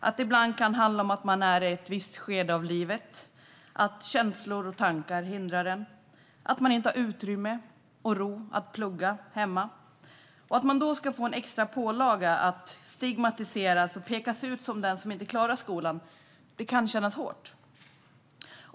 Det kan ibland handla om att man är i ett visst skede av livet, att känslor och tankar hindrar en eller att man inte har utrymme och ro att plugga hemma. Att då få en extra pålaga och stigmatiseras och pekas ut som den som inte klarar skolan kan kännas hårt.